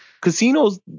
Casinos